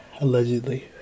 Allegedly